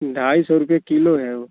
ढाई सौ रुपये किलो है वह